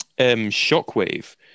shockwave